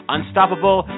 Unstoppable